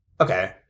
okay